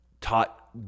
taught